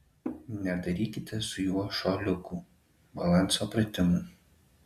nedarykite su juo šuoliukų balanso pratimų